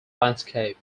landscape